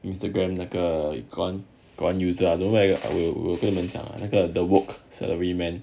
instagram 那个 got one got one user I don't know whe~ 我有有跟你们讲那个 the woke salary man